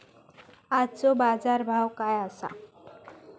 आजचो बाजार भाव काय आसा?